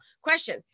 question